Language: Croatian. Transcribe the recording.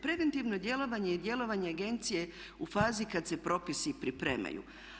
Preventivno djelovanje je djelovanje agencije u fazi kad se propisi pripremaju.